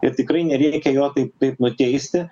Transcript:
ir tikrai nereikia jo taip taip nuteisti